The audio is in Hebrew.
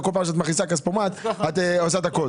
כל פעם שאת מכניסה כספומט את מכניסה את הקוד,